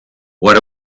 what